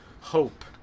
hope